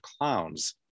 clowns